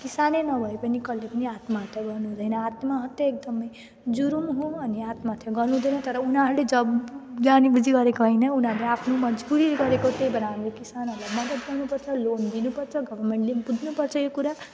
किसानै नभए पनि कसले पनि आत्महत्या गर्नुहुँदैन आत्महत्या एकदमै जुर्म हो अनि आत्महत्या गर्नुहुँदैन तर उनीहरूले जब जानीबुझी गरेको होइन उनीहरूले आफ्नो मजबुरीले गरेको त्यही भएर हामी किसानहरूलाई मद्दत गर्नपर्छ लोन दिनुपर्छ गर्भमेन्टले बुझ्नुपर्छ यो कुरा